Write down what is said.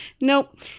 Nope